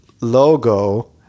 logo